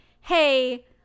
hey